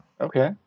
Okay